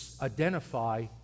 identify